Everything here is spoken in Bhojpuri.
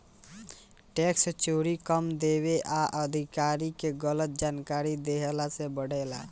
टैक्स चोरी कम देवे आ अधिकारी के गलत जानकारी देहला से बढ़ेला